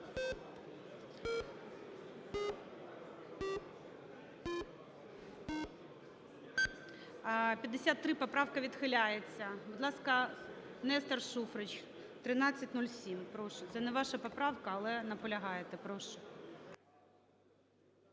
За-53 Поправка відхиляється. Будь ласка, Нестор Шуфрич. 1307, прошу. Це не ваша поправка, але наполягаєте, прошу.